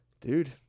Dude